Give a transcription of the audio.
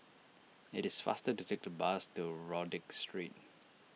it is faster to take to bus to Rodyk Street